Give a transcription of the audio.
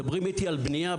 מדברים איתי על בנייה,